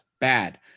Bad